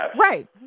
Right